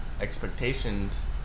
expectations